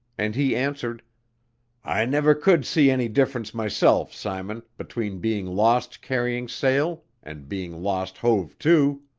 and he answered i never could see any difference myself, simon, between being lost carrying sail and being lost hove to.